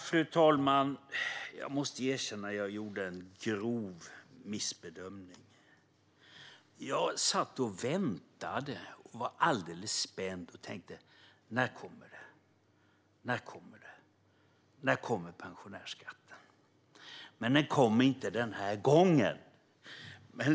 Fru talman! Jag måste erkänna att jag gjorde en grov missbedömning. Jag satt och väntade. Jag var alldeles spänd och tänkte: När kommer det? När kommer pensionärsskatten? Men den kom inte den här gången.